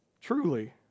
truly